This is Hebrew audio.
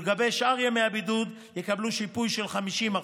לגבי שאר ימי הבידוד הם יקבלו שיפוי של 50%,